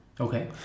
Okay